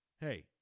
hey